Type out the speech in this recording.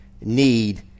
need